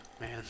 Man